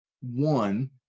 One